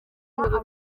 ngo